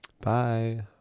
bye